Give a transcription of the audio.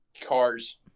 cars